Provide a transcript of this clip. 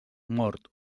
mort